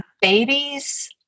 babies